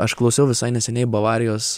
aš klausiau visai neseniai bavarijos